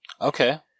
Okay